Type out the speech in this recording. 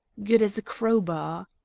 good as a crowbar